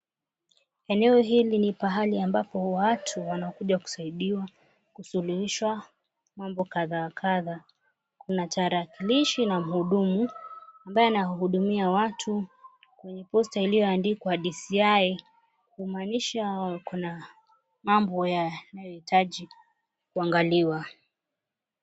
Eneo hili ni pahali ambapo watu wanakuja kusaidiwa kusuluhisha mambo kadhaa wa kadhaa. Kuna tarakilishi na mhudumu ambaye anahudumia watu. Kuna posta iliyoandikwa DCI kumaanisha kuna mambo yanayoitaji kuangaliwa.